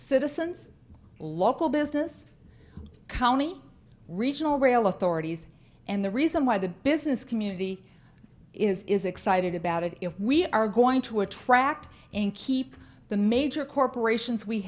citizens local business county regional rail authorities and the reason why the business community is excited about it if we are going to attract and keep the major corporations we